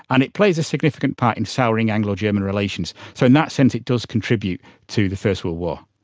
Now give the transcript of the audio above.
and it plays a significant part in souring anglo german relations, so in that sense it does contribute to the first world war.